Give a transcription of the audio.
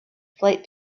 flight